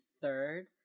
third